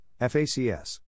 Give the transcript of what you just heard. FACS